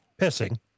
pissing